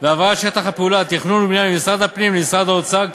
והעברת שטח הפעולה תכנון ובנייה ממשרד הפנים למשרד האוצר,